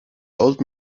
old